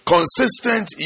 Consistent